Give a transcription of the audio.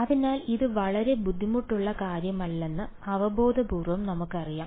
അതിനാൽ ഇത് വളരെ ബുദ്ധിമുട്ടുള്ള കാര്യമല്ലെന്ന് അവബോധപൂർവ്വം നമുക്കറിയാം